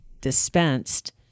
dispensed